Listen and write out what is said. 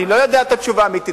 אני לא יודע את התשובה האמיתית,